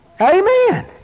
Amen